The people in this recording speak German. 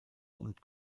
und